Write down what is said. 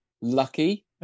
lucky